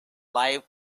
live